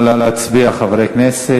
נא להצביע, חברי הכנסת.